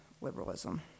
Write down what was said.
liberalism